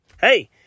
Hey